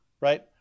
right